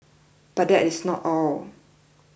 but that is not all